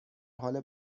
حال